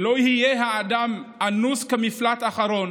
שלא יהיה האדם אנוס, כמפלט אחרון,